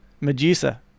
Medusa